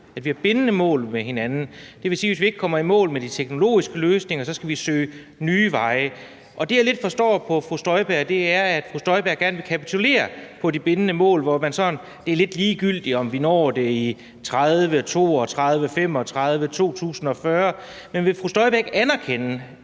at vi har aftalt bindende mål med hinanden. Det vil sige, at hvis vi ikke kommer i mål med de teknologiske løsninger, skal vi søge nye veje. Og det, jeg lidt forstår på fru Inger Støjberg, er, at fru Inger Støjberg gerne vil kapitulere i forhold til de bindende mål, hvor man siger, at det er lidt ligegyldigt, om vi når det i 2030, i 2032, i 2035 eller i 2040. Men vil fru Inger Støjberg ikke anerkende,